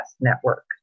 network